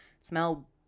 smell